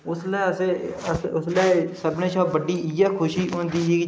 उसलै असें अस उसलै सभनें शा बड्डी इ'यै खुशी होंदी ही